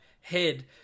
head